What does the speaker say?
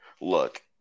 Look